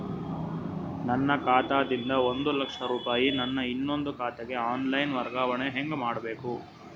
ನನ್ನ ಖಾತಾ ದಿಂದ ಒಂದ ಲಕ್ಷ ರೂಪಾಯಿ ನನ್ನ ಇನ್ನೊಂದು ಖಾತೆಗೆ ಆನ್ ಲೈನ್ ವರ್ಗಾವಣೆ ಹೆಂಗ ಮಾಡಬೇಕು?